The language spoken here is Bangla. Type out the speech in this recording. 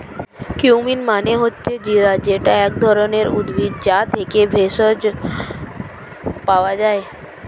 কিউমিন মানে হচ্ছে জিরা যেটা এক ধরণের উদ্ভিদ, যা থেকে ভেষজ পাওয়া যায়